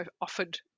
offered